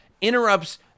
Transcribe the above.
interrupts